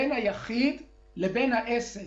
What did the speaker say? בין היחיד לבין העסק,